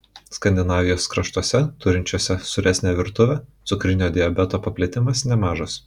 skandinavijos kraštuose turinčiuose sūresnę virtuvę cukrinio diabeto paplitimas nemažas